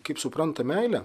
kaip supranta meilę